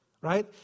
right